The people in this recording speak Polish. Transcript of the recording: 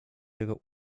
jego